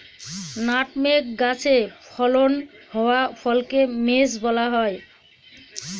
nutmeg গাছে ফলন হওয়া ফলকে মেস বলা হয়